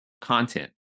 content